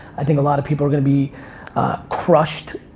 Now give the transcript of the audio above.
i think a lot of people are gonna be crushed,